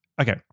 Okay